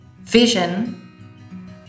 vision